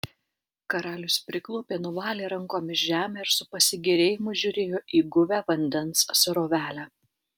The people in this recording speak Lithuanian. karalius priklaupė nuvalė rankomis žemę ir su pasigėrėjimu žiūrėjo į guvią vandens srovelę